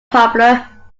popular